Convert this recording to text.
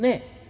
Ne.